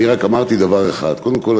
אני רק אמרתי דבר אחד: קודם כול,